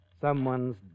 Someone's